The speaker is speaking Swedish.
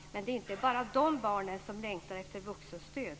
Men det är inte bara de barnen som längtar efter vuxenstöd.